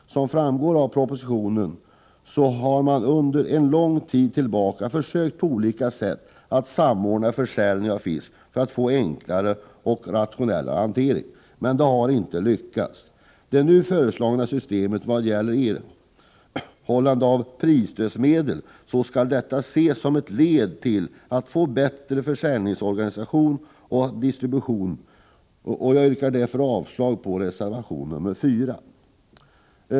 Som framgår av propositionen har man sedan lång tid tillbaka försökt att på olika sätt samordna försäljningen av fisk för att få en enklare och rationellare hantering. Men det har inte lyckats. Det nu föreslagna systemet för erhållande av prisstödsmedel skall ses som ett led i strävandena att få en bättre försäljningsorganisation och distribution. Jag yrkar därför avslag på reservation nr 4.